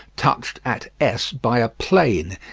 touched at s by a plane,